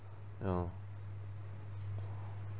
ya